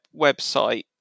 website